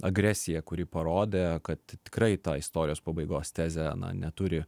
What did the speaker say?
agresija kuri parodė kad tikrai ta istorijos pabaigos tezė neturi